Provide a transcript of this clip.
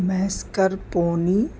میسکر Pune